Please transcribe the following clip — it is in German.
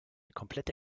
komplette